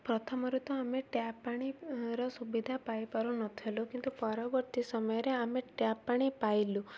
ପ୍ରଥମରୁ ତ ଆମେ ଟ୍ୟାପ୍ ପାଣିର ସୁବିଧା ପାଇ ପାରୁନଥିଲୁ କିନ୍ତୁ ପରବର୍ତ୍ତୀ ସମୟରେ ଆମେ ଟ୍ୟାପ୍ ପାଣି ପାଇଲୁ